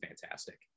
fantastic